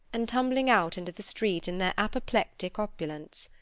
and tumbling out into the street in their apoplectic opulence.